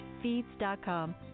feeds.com